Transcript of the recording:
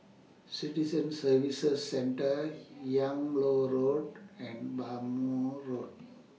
Citizen Services Centre Yung Loh Road and Bhamo Road